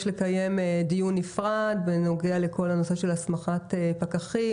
לקיים דיון נפרד בנוגע לכל הנושא של הסמכת פקחים,